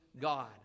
God